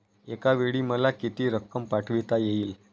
एकावेळी मला किती रक्कम पाठविता येईल?